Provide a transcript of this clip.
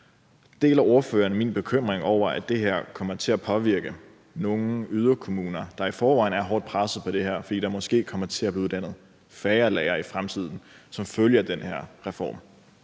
Deler ordføreren min bekymring over, at det her kommer til at påvirke nogle yderkommuner, der i forvejen er hårdt presset på det her, fordi der måske kommer til at blive uddannet færre lærere i fremtiden som følge af den her reform?